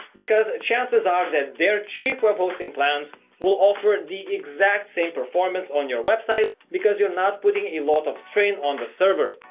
because chances are that they're cheap web hosting plans will offer ah the exact same performance on your website because you're not putting a lot of strain on the server.